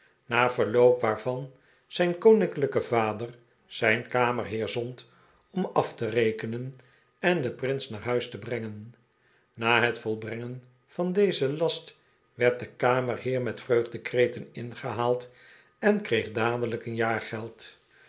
na verloop waarvan zijn koninklijke vader zijn kamerheer zond om af te rekenen en den prins naar huis te brengen na het volbrengen van dezen last werd de kamerheer met vreugdekreten ingehaald en kreeg dadelijk een